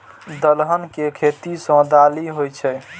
दलहन के खेती सं दालि होइ छै